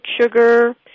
sugar